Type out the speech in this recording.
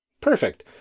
Perfect